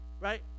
Right